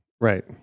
Right